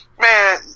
Man